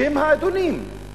שהם האדונים,